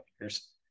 years